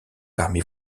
parmi